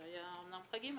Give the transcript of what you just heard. אז אמנם היו חגים,